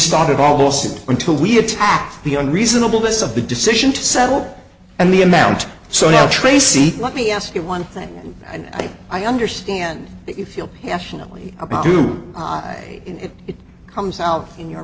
started almost until we attack the on reasonable this of the decision to settle and the amount so now tracy let me ask you one thing and i understand that you feel passionately about do it it comes out in your